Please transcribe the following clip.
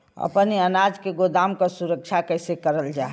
अपने अनाज के गोदाम क सुरक्षा कइसे करल जा?